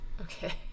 Okay